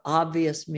obvious